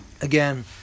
again